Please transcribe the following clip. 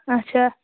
اچھا